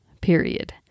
period